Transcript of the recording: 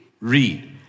Read